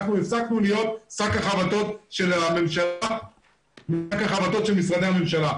אנחנו הפסקנו להיות שק החבטות של הממשלה ושק החבטות של משרדי הממשלה,